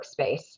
workspace